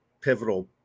pivotal